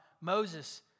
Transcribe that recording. Moses